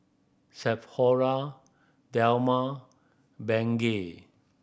Sephora Dilmah Bengay